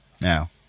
now